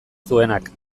zuenak